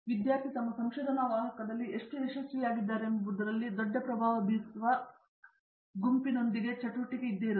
ವಿದ್ಯಾರ್ಥಿ ತಮ್ಮ ಸಂಶೋಧನಾ ವಾಹಕದಲ್ಲಿ ಎಷ್ಟು ಯಶಸ್ವಿಯಾಗಿದ್ದಾರೆಂಬುದರಲ್ಲಿ ದೊಡ್ಡ ಪ್ರಭಾವ ಬೀರುವ ಗುಂಪಿನೊಂದಿಗೆ ಹೆಚ್ಚಿನ ಚಟುವಟಿಕೆ ಇದೆ